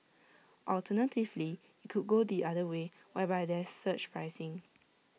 alternatively IT could go the other way whereby there's surge pricing